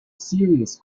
serious